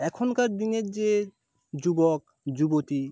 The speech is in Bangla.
এখনকার দিনের যে যুবক যুবতী